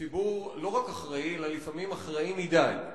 ציבור לא רק אחראי, אלא לפעמים אחראי מדי.